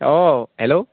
অঁ হেল্ল'